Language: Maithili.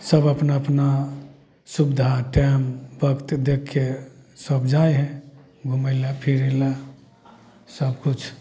सभ अपना अपना सुविधा टाइम वक्त देखिके सभ जाइ हइ घुमैले फिरैले सबकिछु